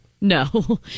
No